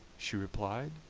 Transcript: she replied.